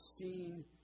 seen